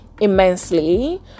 immensely